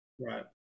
Right